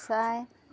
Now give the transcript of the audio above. চাই